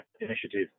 initiative